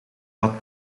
had